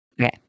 Okay